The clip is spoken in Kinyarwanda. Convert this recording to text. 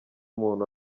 umuntu